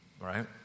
Right